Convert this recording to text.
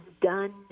done